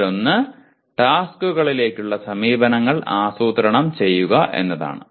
അതിലൊന്ന് ടാസ്ക്കുകളിലേക്കുള്ള സമീപനങ്ങൾ ആസൂത്രണം ചെയ്യുക എന്നതാണ്